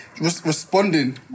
responding